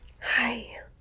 Hi